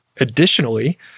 Additionally